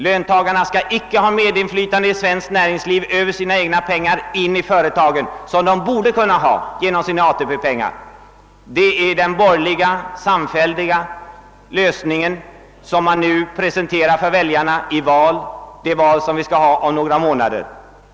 Löntagarna skall icke ha medinflytande i svenskt näringsliv via sina egna pengar i företagen — det är den samfällda borgerliga lösningen, som man nu presenterar för väljarna inför det val som skall hållas om några månader.